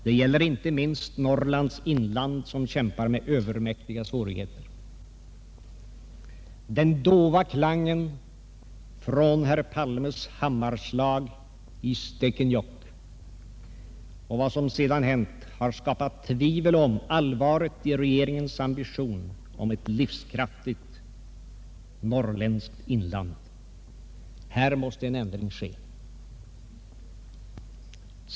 Det gäller inte minst Norrlands inland, som kämpar med övermäktiga svårigheter. Den dova klangen från herr Palmes hammarslag i Stekenjokk och vad som sedan hänt har skapat tvivel om allvaret i regeringens ambition när det gäller ett livskraftigt norrländskt inland. Här måste en ändring ske.